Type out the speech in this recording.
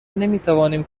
نمیتوانیم